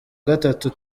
gatatu